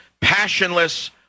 passionless